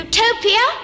Utopia